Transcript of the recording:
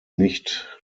nicht